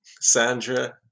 Sandra